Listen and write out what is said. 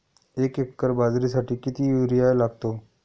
एक एकर बाजरीसाठी किती युरिया लागतो?